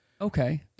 okay